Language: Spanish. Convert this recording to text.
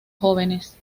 jóvenes